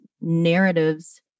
narratives